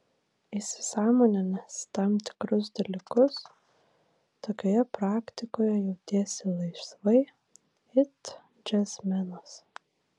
įsisąmoninęs tam tikrus dalykus tokioje praktikoje jautiesi laisvai it džiazmenas